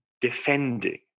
defending